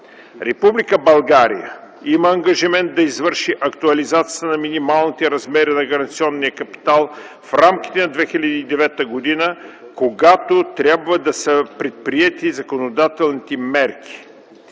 Република България има ангажимент да извърши актуализацията на минималните размери на гаранционния капитал в рамките на 2009 г., когато трябва да са предприети законодателните мерки.